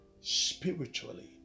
spiritually